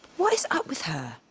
what is up with her?